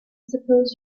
suppose